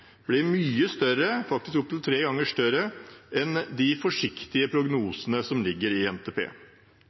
blir mye større – faktisk opp til tre ganger større – enn de forsiktige prognosene som ligger i NTP.